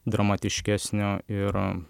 dramatiškesnio ir